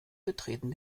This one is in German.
betreten